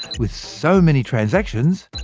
with so many transactions,